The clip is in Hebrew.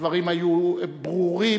הדברים היו ברורים,